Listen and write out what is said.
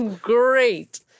Great